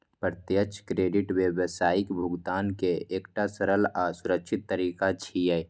प्रत्यक्ष क्रेडिट व्यावसायिक भुगतान के एकटा सरल आ सुरक्षित तरीका छियै